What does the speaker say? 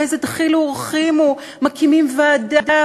באיזה דחילו ורחימו מקימים ועדה,